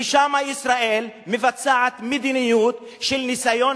ושם ישראל מבצעת מדיניות של ניסיון